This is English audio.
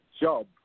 job